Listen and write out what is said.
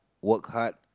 work hard